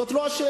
זו לא השאלה.